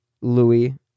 Louis